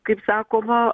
kaip sakoma